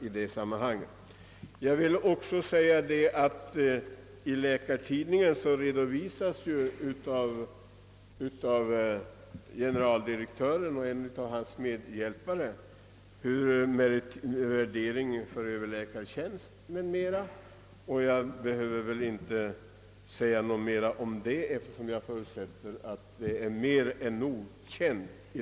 I Läkartidningen redovisar också generaldirektören för medicinalstyrelsen och en av hans medhjälpare värderingen för överläkartjänst m.m., och jag behöver väl inte säga något mer om det, eftersom jag förutsätter att det är väl känt.